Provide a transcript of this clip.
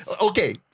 Okay